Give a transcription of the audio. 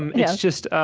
um it's just,